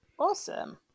Awesome